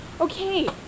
Okay